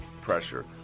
pressure